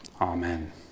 Amen